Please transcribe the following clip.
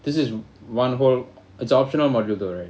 this is one whole it's a optional module though right